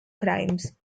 crimes